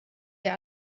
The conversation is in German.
der